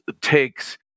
takes